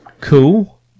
Cool